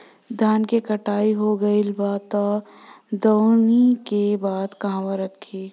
धान के कटाई हो गइल बा अब दवनि के बाद कहवा रखी?